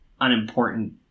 unimportant